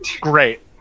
Great